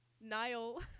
niall